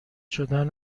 شدن